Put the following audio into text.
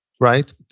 right